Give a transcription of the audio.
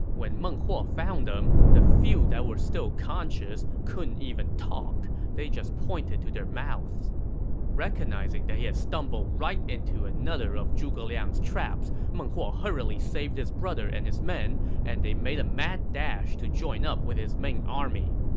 when meng huo found them, the few that were still conscious couldn't even talk they just pointed to their mouths recognizing he had stumbled right into another of zhuge liang's traps, meng huo hurriedly saved his brother and his men and made a mad dash to join up with his main army.